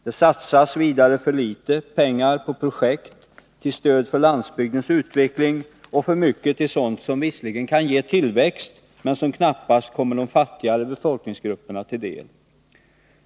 Det satsas vidare för litet pengar på projekt till stöd för landsbygdens utveckling och för mycket till sådant som visserligen kan ge tillväxt men som knappast kommer de fattigare befolkningsgrupperna till del.